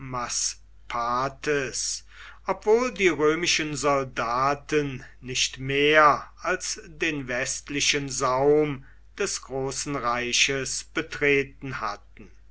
obwohl die römischen soldaten nicht mehr als den westlichen saum des großen reiches betreten hatten